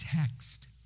text